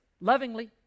lovingly